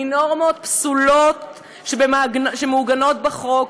מנורמות פסולות שמעוגנות בחוק,